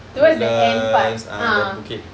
towards the end part ah